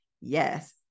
yes